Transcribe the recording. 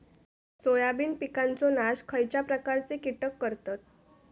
Soybean पिकांचो नाश खयच्या प्रकारचे कीटक करतत?